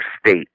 state